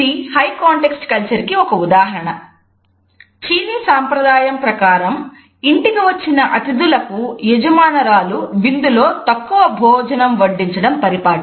ఇది high context culture ప్రకారం ఇంటికి వచ్చిన అతిధులకు యజమానురాలు విందులో తక్కువ భోజనం వడ్డించడం పరిపాటి